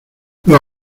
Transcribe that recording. los